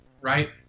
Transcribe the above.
right